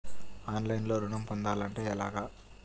ఆన్లైన్లో ఋణం పొందాలంటే ఎలాగా?